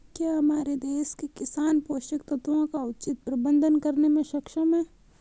क्या हमारे देश के किसान पोषक तत्वों का उचित प्रबंधन करने में सक्षम हैं?